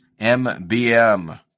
MBM